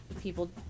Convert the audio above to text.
people